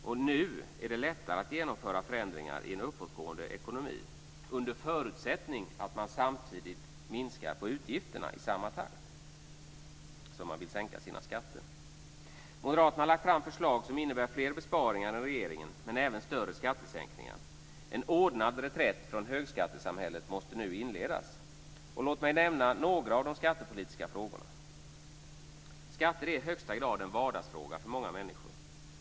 Det är lättare att genomföra förändringar nu i en uppåtgående ekonomi under förutsättning att utgifterna minskas i samma takt. Moderaterna har lagt fram förslag som innebär fler besparingar än regeringen, men även större skattesänkningar. En ordnad reträtt från högskattesamhället måste nu inledas. Låt mig nämna några skattepolitiska frågor. Skatter är i högsta grad en vardagsfråga för många människor.